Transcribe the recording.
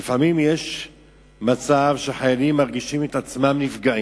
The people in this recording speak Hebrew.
יש לפעמים מצב שחיילים מרגישים את עצמם נפגעים.